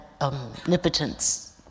omnipotence